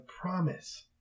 promise